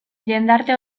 jendarte